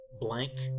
blank